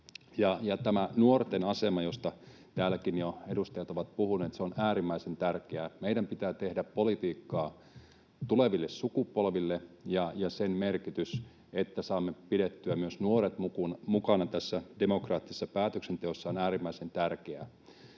Tämä nuorten asema, josta täälläkin jo edustajat ovat puhuneet, on äärimmäisen tärkeä. Meidän pitää tehdä politiikkaa tuleville sukupolville, ja sen merkitys, että saamme pidettyä myös nuoret mukana tässä demokraattisessa päätöksenteossa, on äärimmäisen tärkeä.